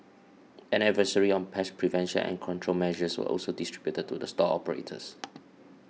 an advisory on pest prevention and control measures was also distributed to the store operators